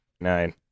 Nine